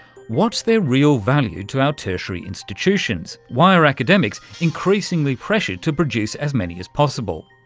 what's their real value to our tertiary institutions? why are academics increasingly pressured to produce as many as possible?